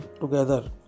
together